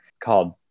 called